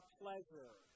pleasure